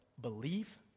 believe